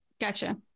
Gotcha